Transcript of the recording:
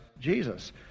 Jesus